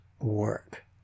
work